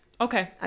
Okay